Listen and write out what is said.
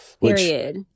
Period